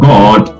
God